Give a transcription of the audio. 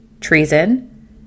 treason